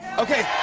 okay.